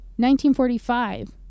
1945